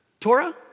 Torah